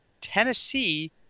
Tennessee